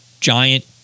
giant